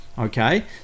Okay